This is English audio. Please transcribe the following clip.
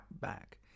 back